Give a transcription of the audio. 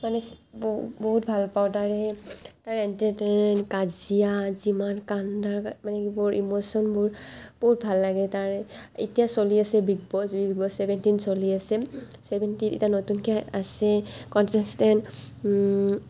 মানে বহুত বহুত ভাল পাওঁ তাৰে তাৰে এণ্টাৰটেইন কাজিয়া যিমান কান্দা মানে এইবোৰ ইমশ্যনবোৰ বহুত ভাল লাগে তাৰে এতিয়া চলি আছে বিগ বছ ৰিভিওৱাৰ্চ চেভেণ্টিন চলি আছে চেভেণ্টি এতিয়া নতুনকে আছে কনটেচটেণ্ট